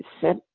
set